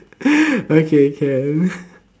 okay can